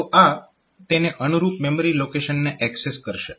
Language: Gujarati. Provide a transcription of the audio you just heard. તો આ તેને અનુરૂપ મેમરી લોકેશનને એક્સેસ કરશે